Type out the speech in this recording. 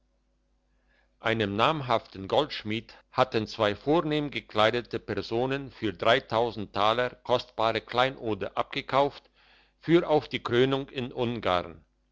einem namhaften goldschmied hatten zwei vornehm gekleidete personen für taler kostbare kleinode abgekauft für auf die krönung in ungarn